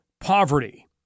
poverty